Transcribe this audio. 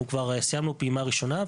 כבר סיימנו פעימה ראשונה,